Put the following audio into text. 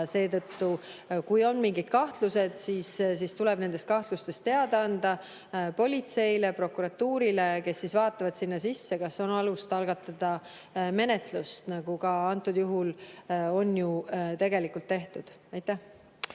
ja seetõttu, kui on mingid kahtlused, siis tuleb nendest kahtlustest teada anda politseile või prokuratuurile, kes vaatavad sinna sisse, kas on alust algatada menetlust, nagu kõnealusel juhul on ju tegelikult tehtud. Jaa,